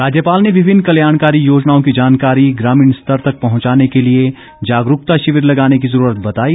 राज्यपाल ने विभिन्न कल्याणकारी योजनाओं की जानकारी ग्रामीण स्तर तक पहुंचाने के लिए जागरूकता शिविर लगाने की जरूरत बताई